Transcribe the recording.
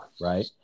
Right